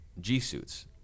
G-suits